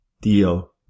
deal